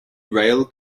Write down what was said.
rail